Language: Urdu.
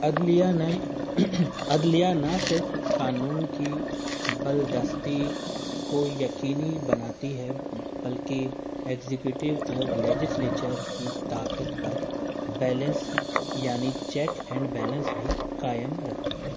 ادل نے عدلیہ نہ صرف قانون کی بالادستی کو یقینی بناتی ہے بلکہ ایگزیکیوٹو اور لیجسلیچر کی طاقت پر بیلنس یعنی چیک اینڈ بیلنس بھی قائم رکھتی ہے